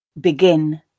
Begin